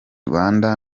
rwanda